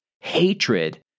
hatred